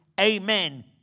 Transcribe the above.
Amen